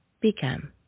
become